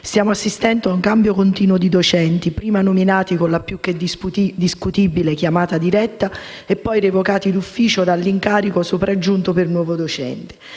Stiamo assistendo ad un cambio continuo di docenti, prima nominati con la più che discutibile chiamata diretta e poi revocati d'ufficio dall'incarico sopraggiunto per un nuovo docente.